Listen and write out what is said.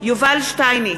יובל שטייניץ,